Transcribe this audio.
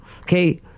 okay